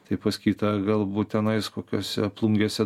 tai pas kitą galbūt tenais kokiose plungėse